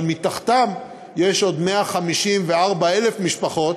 אבל מתחתן יש עוד 154,000 משפחות